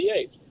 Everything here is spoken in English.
eight